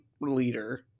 leader